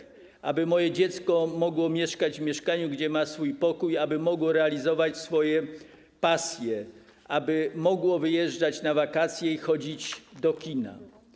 Chodziło o to, aby moje dziecko mogło mieszkać w mieszkaniu, w którym ma swój pokój, aby mogło realizować swoje pasje, aby mogło wyjeżdżać na wakacje i chodzić do kina.